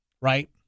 right